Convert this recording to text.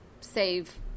save